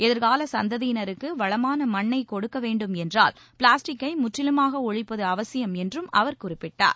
எதிர்கால சந்ததியினருக்கு வளமான மண்ணை கொடுக்க வேண்டும் என்றால் பிளாஸ்டிக்கை முற்றிலுமாக ஒழிப்பது அவசியம் என்றும் அவர் குறிப்பிட்டார்